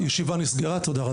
הישיבה נסגרה, תודה רבה.